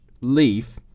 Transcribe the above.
leaf